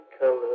color